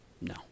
No